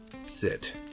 Sit